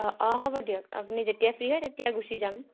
অঁ অঁ হ'ব দিয়ক আপুনি যেতিয়া ফ্ৰী হয় তেতিয়া গুচি যাম